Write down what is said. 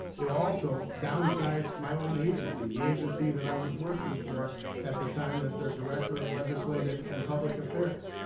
it also downsized my own agency, the agency that i was working for at the time as their director of legislative and public affairs.